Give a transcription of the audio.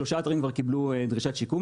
שלושה אתרים כבר קיבלו דרישת שיקום.